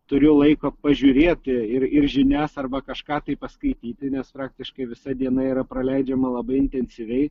turiu laiko pažiūrėti ir ir žinias arba kažką tai paskaityti nes praktiškai visa diena yra praleidžiama labai intensyviai